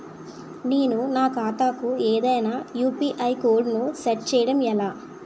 నేను నా ఖాతా కు ఏదైనా యు.పి.ఐ కోడ్ ను సెట్ చేయడం ఎలా?